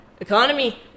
economy